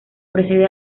precede